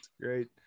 Great